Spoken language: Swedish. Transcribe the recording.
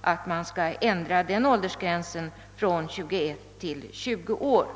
att ändra den åldersgränsen från 21 till 20 år.